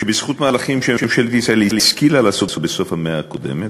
שבזכות מהלכים שממשלת ישראל השכילה לעשות בסוף המאה הקודמת,